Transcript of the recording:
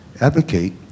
advocate